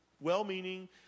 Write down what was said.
well-meaning